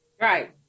Right